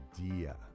idea